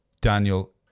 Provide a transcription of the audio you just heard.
daniel